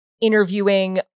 interviewing